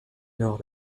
nord